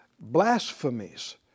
Blasphemies